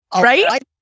right